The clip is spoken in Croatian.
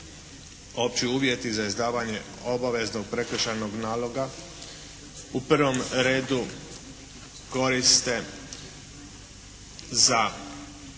opći uvjeti za izdavanje obaveznog prekršajnog naloga u prvom redu koriste za